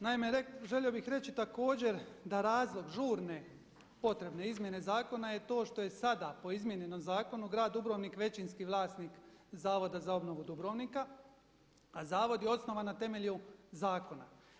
Naime, želio bih reći također da razlog žurne potrebne izmjene zakona je to što je sada po izmijenjenom zakonu Grad Dubrovnik većinski vlasnik Zavoda za obnovu Dubrovnika, a zavod je osnovan na temelju zakona.